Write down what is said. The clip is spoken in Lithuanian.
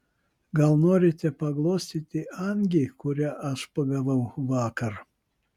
gal norite paglostyti angį kurią aš pagavau vakar